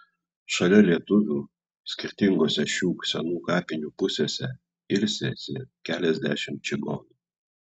šalia lietuvių skirtingose šių senų kapinių pusėse ilsisi keliasdešimt čigonų